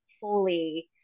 fully